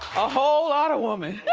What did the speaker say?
a whole lot of woman.